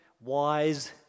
wise